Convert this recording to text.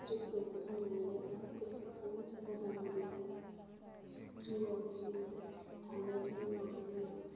साख्रिखौ जों मोनोब्ला गोसोखौ मोजां मोनो साख्रियाव जों थांनाय टाइमाव जों